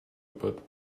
but